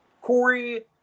Corey